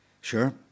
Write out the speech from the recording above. Sure